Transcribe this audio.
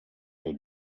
your